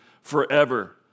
forever